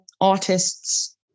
artists